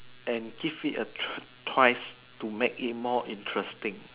and give it a T_R twice to make it more interesting